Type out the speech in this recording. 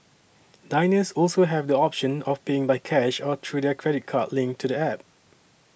diners also have the option of paying by cash or through their credit card linked to the App